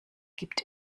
gibt